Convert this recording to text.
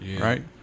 Right